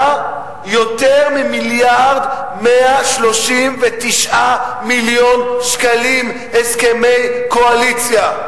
בממשלה כלשהי יותר ממיליארד ו-139 מיליון שקלים בהסכמי קואליציה.